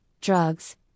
drugs